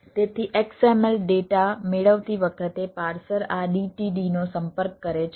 તેથી XML data મેળવતી વખતે પાર્સર આ DTD નો સંપર્ક કરે છે